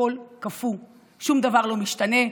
הכול קפוא, שום דבר לא משתנה.